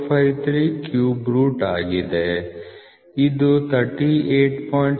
453 cube root ಆಗಿದೆ ಇದು 38